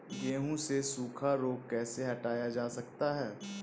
गेहूँ से सूखा रोग कैसे हटाया जा सकता है?